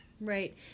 Right